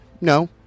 No